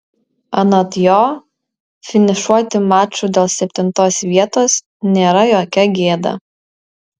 anot jo finišuoti maču dėl septintos vietos nėra jokia gėda